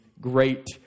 great